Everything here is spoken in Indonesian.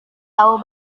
tahu